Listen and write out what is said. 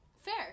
Fair